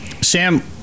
Sam